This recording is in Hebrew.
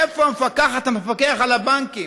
איפה המפקחת או המפקח על הבנקים?